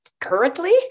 currently